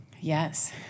Yes